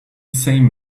same